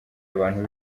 abantu